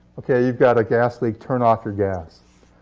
okay, you've got a gas leak. turn off your gas.